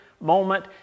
moment